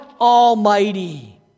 Almighty